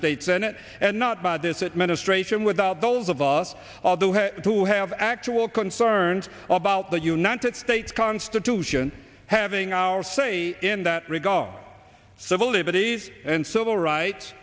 state senate and not by this administration without those of us who have actual concerns about the united states constitution having our say in that regard civil liberties and civil rights